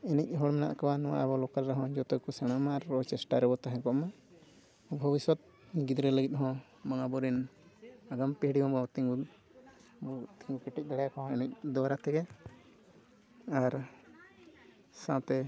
ᱮᱱᱮᱡ ᱦᱚᱲ ᱢᱮᱱᱟᱜ ᱠᱚᱣᱟ ᱱᱚᱣᱟ ᱟᱵᱚ ᱞᱳᱠᱟᱞ ᱨᱮ ᱦᱚᱸ ᱜᱮ ᱠᱚ ᱥᱮᱬᱟᱭᱢᱟ ᱟᱨ ᱨᱚᱲ ᱪᱮᱥᱴᱟᱭ ᱨᱮᱵᱚ ᱛᱟᱦᱮᱸ ᱠᱚᱜᱼᱢᱟ ᱵᱷᱚᱵᱤᱥᱥᱚᱛ ᱜᱤᱫᱽᱨᱟᱹ ᱞᱟᱹᱜᱤᱫ ᱦᱚᱸ ᱢᱟᱱᱮ ᱟᱵᱚ ᱨᱮᱱ ᱟᱜᱟᱢ ᱯᱤᱲᱦᱤ ᱵᱚᱱ ᱛᱤᱜᱩᱱ ᱛᱤᱸᱜᱩ ᱠᱮᱴᱮᱡ ᱫᱟᱲᱮ ᱠᱚᱣᱟ ᱮᱱᱮᱡ ᱫᱟᱨᱟᱭ ᱛᱮᱜᱮ ᱟᱨ ᱥᱟᱶᱛᱮ